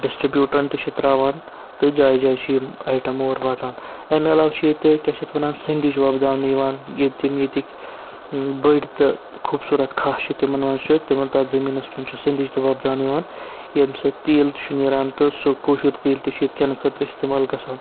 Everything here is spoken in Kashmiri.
ڈِسٹِربیوٗٹرن تہِ چھُ ترٛاوان تہٕ جایہِ جایہِ چھِ یِم آیٹم اور واتان امہِ علاوٕ چھِ ییٚتہِ کیٛاہ چھِ اَتھ وَنان سٔنٛدِج وۄپداونہٕ یِوان ییٚتہِ تِم ییٚتِکۍ بٔڑۍ تہٕ خوٗبصوٗرت کھہہ چھُ تِمَن منٛز چھُ تِمن تَتھ زٔمیٖنَس پٮ۪ٹھ چھُ سٔنٛدِج تہِ وۄپداونہٕ یِوان ییٚمہِ سۭتۍ تیٖل تہِ چھُ نیران تہٕ سُہ کٲشُر تیٖل تہِ چھُ ییٚتہِ کھٮ۪نہٕ خٲطرٕ استعمال گژھان